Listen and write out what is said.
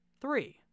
three